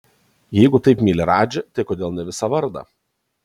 jeigu taip myli radžį tai kodėl ne visą vardą